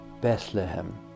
Bethlehem